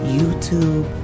youtube